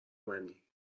منی